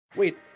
Wait